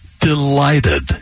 delighted